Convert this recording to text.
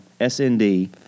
SND